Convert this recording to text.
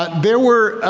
but there were